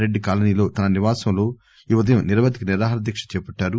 రెడ్డి కాలనీలో తమ నివాసంలో ఈ ఉదయం నిరవధిక నిరాహార దీక్ష చేపట్టారు